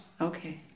Okay